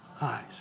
eyes